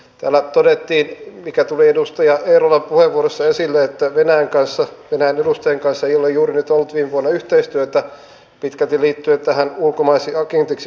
täällä todettiin mikä tuli edustaja eerolan puheenvuorossa esille että venäjän edustajien kanssa ei ole juuri nyt ollut viime vuonna yhteistyötä pitkälti liittyen tähän ulkomaisiksi agenteiksi luokitteluun